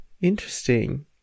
Interesting